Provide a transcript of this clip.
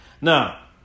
Now